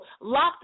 locked